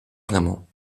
vraiment